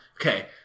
Okay